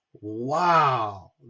wow